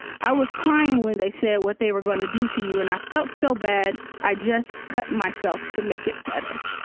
i was crying when they said what they were gonna do to you and i felt so bad, i just cut myself to make it better.